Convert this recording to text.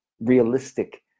realistic